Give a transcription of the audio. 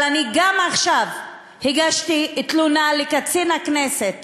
אבל עכשיו גם הגשתי תלונה לקצין הכנסת